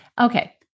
Okay